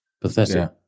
Pathetic